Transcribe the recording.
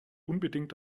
unbedingt